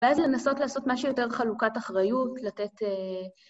ואז לנסות לעשות משהו יותר חלוקת אחריות, לתת...